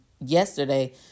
yesterday